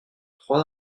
trois